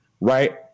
right